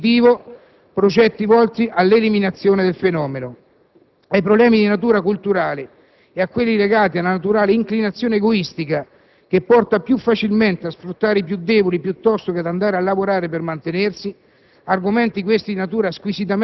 quando si tratta di affrontare in positivo progetti volti all'eliminazione del fenomeno, ai problemi di natura culturale e a quelli legati alla naturale inclinazione egoistica, che porta più facilmente a sfruttare i più deboli piuttosto che andare a lavorare per mantenersi.